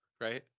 right